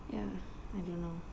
ya I don't know